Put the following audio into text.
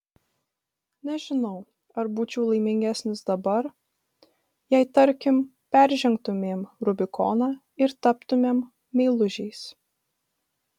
nežinau ar būčiau laimingesnis dabar jei tarkim peržengtumėm rubikoną ir taptumėm meilužiais